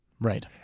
right